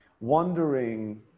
wondering